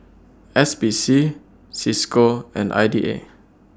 S P C CISCO and I D A